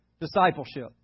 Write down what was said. discipleship